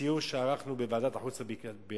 בסיור עם ועדת החוץ והביטחון: